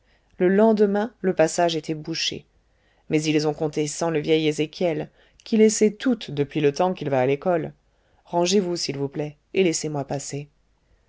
le lendemain le passage était bouché mais ils ont compté sans le vieil ézéchiel qui les sait toutes depuis le temps qu'il va à l'école rangez-vous s'il vous plaît et laissez-moi passer